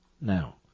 Now